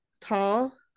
tall